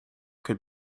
could